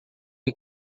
que